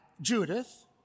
Judith